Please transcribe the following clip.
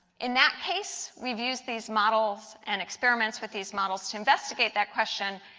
in that case, we have used these models and experiments with these models to investigate that question.